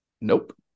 Nope